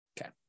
Okay